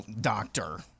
doctor